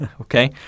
okay